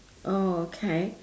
oh okay